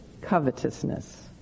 covetousness